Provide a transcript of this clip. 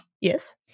yes